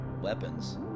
weapons